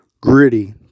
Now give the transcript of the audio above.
gritty